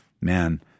man